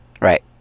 Right